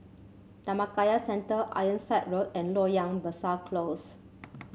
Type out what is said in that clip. Dhammakaya Centre Ironside Road and Loyang Besar Close